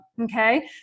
Okay